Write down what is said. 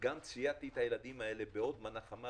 גם ציידתי את הילדים האלה בעוד מנה חמה